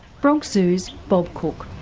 bronx zoo's bob cook.